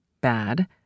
bad